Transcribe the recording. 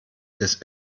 des